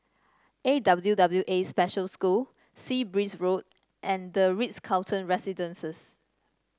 A W W A Special School Sea Breeze Road and the Ritz Carlton Residences